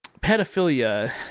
pedophilia